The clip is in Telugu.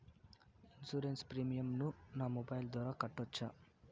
ఇన్సూరెన్సు ప్రీమియం ను నా మొబైల్ ద్వారా కట్టొచ్చా?